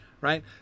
right